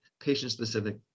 patient-specific